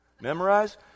Memorize